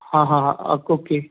ਹਾਂ ਹਾਂ ਹਾਂ ਅਕ ਓਕੇ